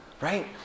right